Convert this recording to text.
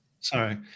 sorry